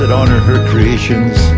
that honour, her creations,